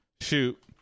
shoot